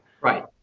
Right